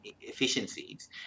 efficiencies